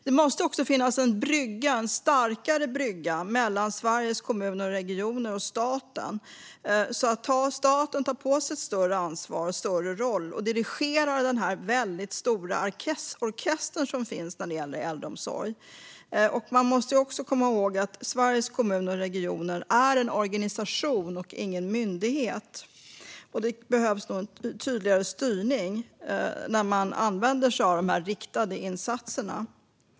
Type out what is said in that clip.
Det måste också finnas en starkare brygga mellan Sveriges Kommuner och Regioner och staten, så att staten tar på sig ett större ansvar och en större roll att dirigera den stora orkestern i äldreomsorg. Vi måste också komma ihåg att Sveriges Kommuner och Regioner är en organisation och inte en myndighet. Det behövs en tydligare styrning när man använder sig av de riktade insatserna.